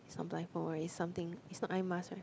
it's not blindfold right is something it's not eye mask right